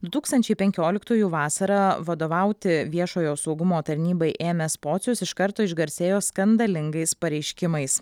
du tūkstančiai penkioliktųjų vasarą vadovauti viešojo saugumo tarnybai ėmęs pocius iš karto išgarsėjo skandalingais pareiškimais